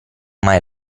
mai